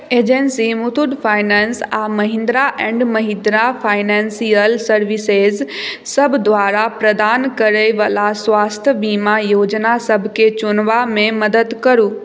agency Muthoot finance आ Mahindra and Mahindra financial services सभ द्वारा प्रदान करयवला स्वास्थ्य बीमा योजनासभकेँ चुनबामे मदद करू